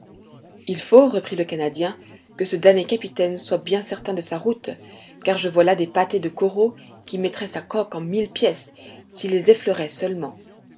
il faut reprit le canadien que ce damné capitaine soit bien certain de sa route car je vois là des pâtés de coraux qui mettraient sa coque en mille pièces si elle les effleurait seulement